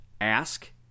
ask